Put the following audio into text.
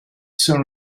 soon